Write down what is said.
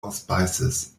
auspices